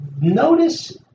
notice